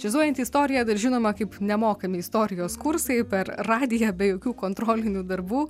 džiaziuojanti istoriją dar žinomą kaip nemokami istorijos kursai per radiją be jokių kontrolinių darbų